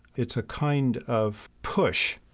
it's a kind of push.